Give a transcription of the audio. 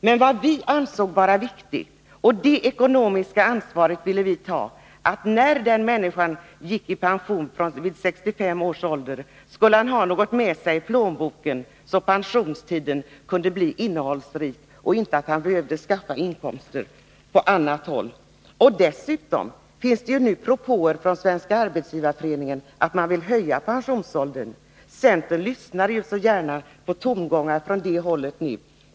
Men vad vi ansåg vara viktigt var — och det ekonomiska ansvaret ville vi ta — att när en människa gick i pension vid 65 års ålder skulle han ha något med sig i plånboken, så att pensionstiden kunde bli innehållsrik och han inte behövde skaffa inkomster på annat håll. Nu kommer det ju propåer från Svenska arbetsgivareföreningen om att höja pensionsåldern. Centern lyssnar ju numera så gärna till tongångar från det hållet.